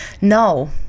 No